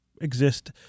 exist